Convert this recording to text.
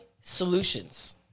solutions